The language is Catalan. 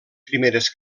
primeres